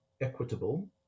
equitable